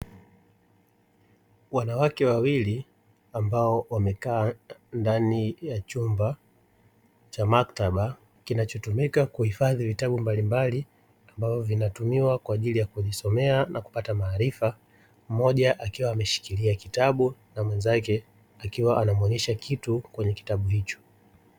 Wanawake wawili ambao wamekaa ndani ya chumba cha maktaba, kinachotumika kuhifadhi vitabu mbalimbali ambavyo vinatumiwa kwa ajili ya kujisomea na kupata maarifa, mmoja akiwa ameshikilia kitabu na mwenzake akiwa anamuonyesha kitu kwenye kitabu hicho.